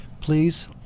please